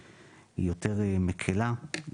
מקילה,